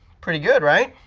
pretty good right?